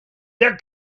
der